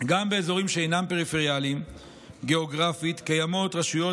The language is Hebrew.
גם באזורים שאינם פריפריאליים גיאוגרפית קיימים רשויות